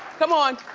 come on.